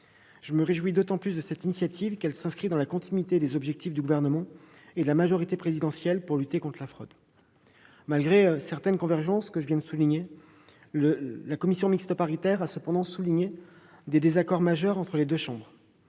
Je me réjouis d'autant plus de cette initiative qu'elle s'inscrit dans la continuité des objectifs du Gouvernement et de la majorité présidentielle pour lutter contre la fraude. Malgré certaines convergences que je viens d'exposer, la commission mixte paritaire a souligné des désaccords majeurs entre les deux chambres.